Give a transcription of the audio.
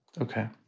Okay